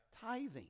tithing